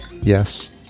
Yes